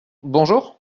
bonjour